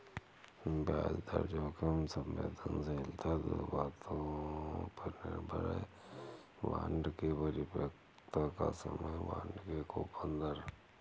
ब्याज दर जोखिम संवेदनशीलता दो बातों पर निर्भर है, बांड की परिपक्वता का समय, बांड की कूपन दर